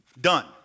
done